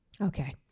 Okay